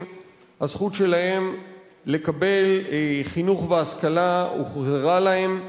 הזכות שלהם לקבל חינוך והשכלה הוחזרה להם.